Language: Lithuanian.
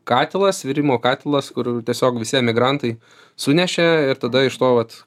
katilas virimo katilas kur tiesiog visi emigrantai sunešė ir tada iš to vat